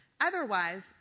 Otherwise